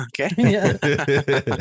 okay